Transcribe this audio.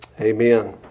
Amen